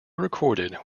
recorded